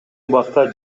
убакта